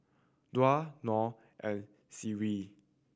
Dhia Nor and Seri